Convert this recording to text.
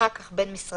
אחר כך בין-משרדי,